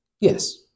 Yes